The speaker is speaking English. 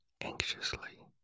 anxiously